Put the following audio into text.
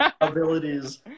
abilities